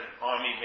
army